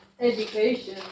education